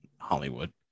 Hollywood